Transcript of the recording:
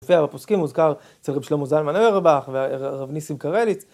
הפוסקים מוזכר אצל רב שלמה שלמה אוירבך ורב ניסים קרליץ